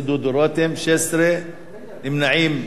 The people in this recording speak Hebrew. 16. נמנעים ונגד, אין.